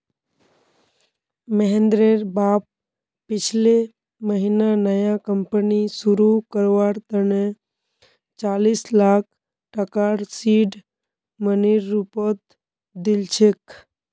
महेंद्रेर बाप पिछले महीना नया कंपनी शुरू करवार तने चालीस लाख टकार सीड मनीर रूपत दिल छेक